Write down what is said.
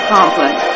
Complex